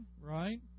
right